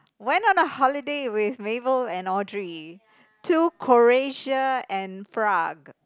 went on a holiday with Mabel and Audrey to Croatia and prague